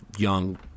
young